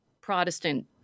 Protestant